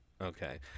Okay